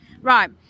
Right